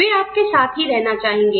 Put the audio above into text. वे आपके साथ ही रहना चाहेंगे